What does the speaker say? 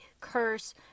curse